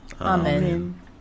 Amen